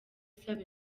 isaba